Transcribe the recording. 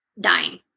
dying